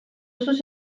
sus